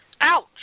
Ouch